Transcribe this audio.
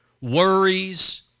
worries